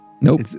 nope